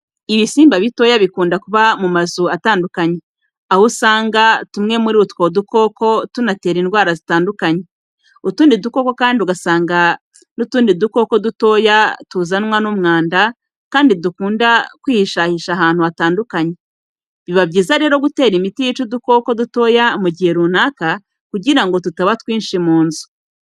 Ibisimba bitoya bikunda kuba mu mazu atandukanye, aho usangwa tumwe muri utwo dukoko tunatera indwara zitandukanye, utundi dukoko kandi ugasanga n'utundi dukoko dutoya tuzanwa n'umwanda kandi dukunda kwihishahisha ahantu hatandukanye. Biba byiza rero gutera imiti yica udukoko dutoya mu gihe runaka kugira ngo tutaba twinshi mu nzu.